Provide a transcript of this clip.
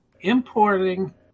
importing